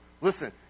Listen